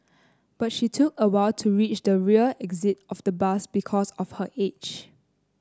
but she took a while to reach the rear exit of the bus because of her age